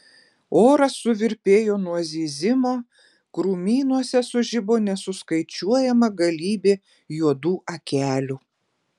oras suvirpėjo nuo zyzimo krūmynuose sužibo nesuskaičiuojama galybė juodų akelių